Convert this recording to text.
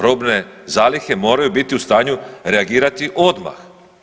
Robne zalihe moraju biti u stanju reagirati odmah.